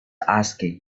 asking